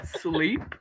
Sleep